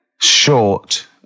short